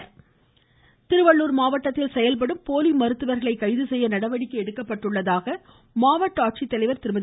இருவரி திருவள்ளுர் மாவட்டத்தில் செயல்படும் போலி மருத்துவர்களை கைதுசெய்ய நடவடிக்கை எடுக்கப்பட்டுள்ளதாக மாவட்ட ஆட்சித்தலைவர் திருமதி